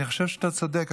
אני חושב שאתה צודק.